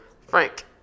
Frank